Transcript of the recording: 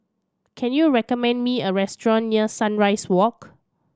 can you recommend me a restaurant near Sunrise Walk